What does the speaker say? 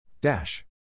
Dash